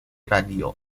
radio